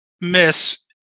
Miss